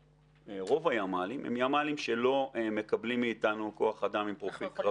רוב הימ"לים הם ימ"לים שלא מקבלים מאיתנו כוח אדם עם פרופיל קרבי.